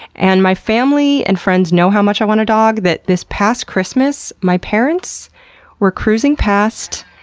and my family and friends know how much i want a dog that this past christmas my parents were cruising past